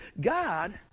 God